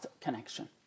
connection